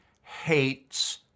hates